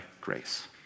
grace